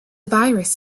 virus